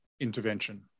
intervention